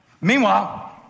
Meanwhile